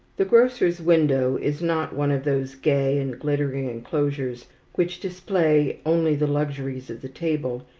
the grocer's window is not one of those gay and glittering enclosures which display only the luxuries of the table,